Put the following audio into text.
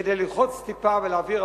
כדי ללחוץ טיפה ולהבהיר,